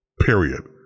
Period